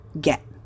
get